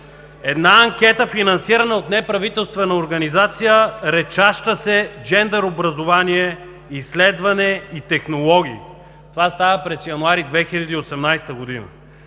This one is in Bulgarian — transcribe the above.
Една анкета, финансирана от неправителствена организация, наричаща се „Джендър образование, изследвания и технологии“. Това става през месец януари 2018 г.